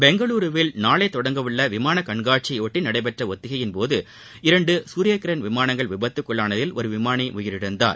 பெங்களுருவில் நாளை தொடங்க உள்ள விமான கண்காட்சியையொட்டி நடைபெற்ற ஒத்திகையின் போது இரண்டு சூரியகிரண் விமானங்கள் விபத்துக்குள்ளானதில் ஒரு விமானி உயிரிழந்தார்